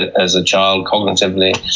as a child, cognitively.